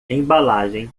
embalagem